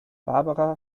barbara